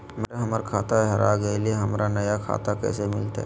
madam, हमर खाता हेरा गेलई, हमरा नया खाता कैसे मिलते